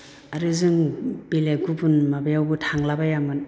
आरो जों बेलेख गुबुन माबायावबो थांलाबायामोन